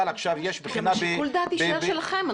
שיקול הדעת יישאר שלכם.